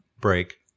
break